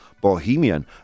bohemian